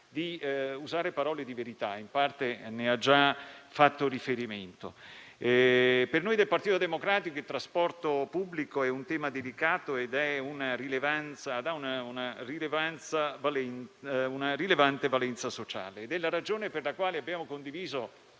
di usare parole di verità; in parte, ne ha già fatto riferimento. Per noi del Partito Democratico, il trasporto pubblico è un tema delicato ed ha una rilevante valenza sociale. È la ragione per la quale abbiamo condiviso